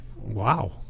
wow